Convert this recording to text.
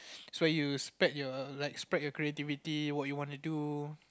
so you spread your like spear your creativity what you want to do